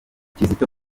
kizito